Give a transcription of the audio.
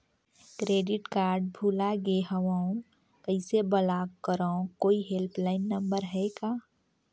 Credit card भुला गे हववं कइसे ब्लाक करव? कोई हेल्पलाइन नंबर हे का?